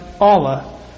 Allah